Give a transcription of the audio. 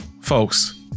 folks